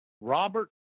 Robert